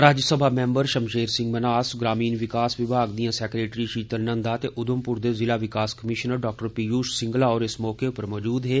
Rajya Sabha member Shamsher Singh Manhas ग्रामीण विकास विभाग दियां सैक्रेटरी शीतल नंदा ते उधमप्र दे जिला विकास कमीशनर डाक्टर पीयूष सिंगला होर इस मौके पर मौजूद हे